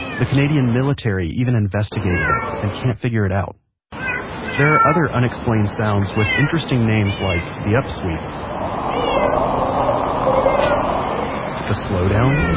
the canadian military even investigated it and can't figure it out there are other unexplained sounds with interesting names like the upsweep, ah the slow down,